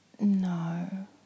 No